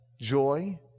joy